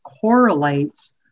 correlates